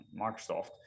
Microsoft